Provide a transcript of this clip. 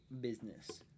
business